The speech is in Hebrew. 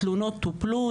התלונות טופלו,